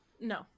no